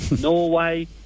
Norway